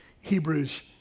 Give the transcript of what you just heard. Hebrews